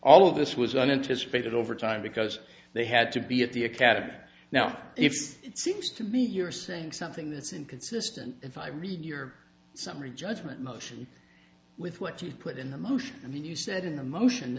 all of this was unanticipated over time because they had to be at the academy now if it seems to me you're saying something that's inconsistent if i read your summary judgment motion with what you put in the motion and you said in the motion